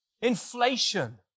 inflation